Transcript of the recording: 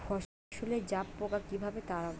ফসলে জাবপোকা কিভাবে তাড়াব?